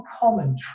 common